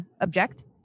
object